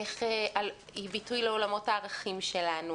היא ביטוי לעולמות הערכים שלנו.